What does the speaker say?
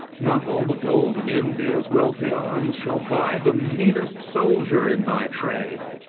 not all the gold in india's wealthy arms shall buy the meanest soldier in my train.